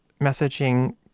messaging